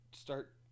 start